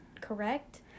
correct